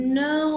no